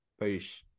Peace